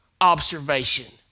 observation